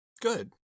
Good